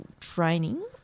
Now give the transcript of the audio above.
training